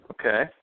Okay